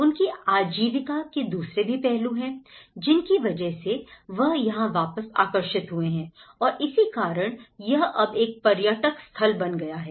उनकी आजीविका के दूसरे भी पहलू भी है जिनकी वजह से वह यहां वापस आकर्षित हुए हैं और इसी कारण यह अब एक पर्यटक स्थल बन गया है